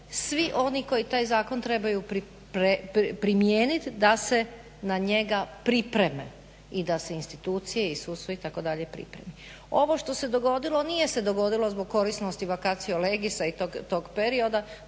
svi oni koji taj zakon trebaju primijenit da se na njega pripreme i da se institucije i sudstvo itd. pripremi. Ovo što se dogodilo, nije se dogodilo zbog korisnosti vacatio legisa i tog perioda.